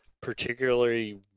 particularly